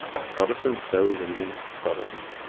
protestant, still remains protestant,